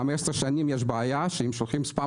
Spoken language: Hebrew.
15 שנים יש בעיה שאם שולחים ספאם